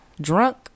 drunk